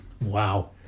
Wow